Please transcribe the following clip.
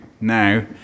now